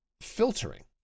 filtering